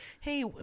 hey